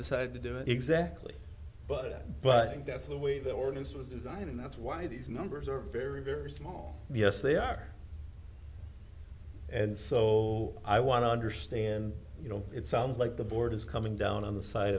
decide to do it exactly but but that's a way that organs was designed and that's why these numbers are very very small yes they are and so i want to understand you know it sounds like the board is coming down on the side